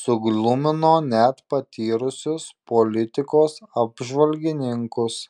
suglumino net patyrusius politikos apžvalgininkus